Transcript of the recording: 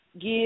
Give